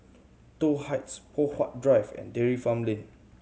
Toh Heights Poh Huat Drive and Dairy Farm Lane